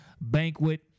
Banquet